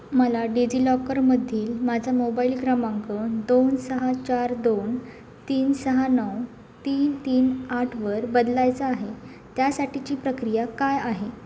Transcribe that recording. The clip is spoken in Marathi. मला डिजि लॉकरमधील माझा मोबाईल क्रमांक दोन सहा चार दोन तीन सहा नऊ तीन तीन आठवर बदलायचा आहे त्यासाठीची प्रक्रिया काय आहे